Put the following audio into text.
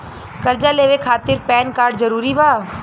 कर्जा लेवे खातिर पैन कार्ड जरूरी बा?